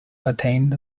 attained